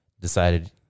decided